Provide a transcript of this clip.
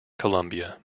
columbia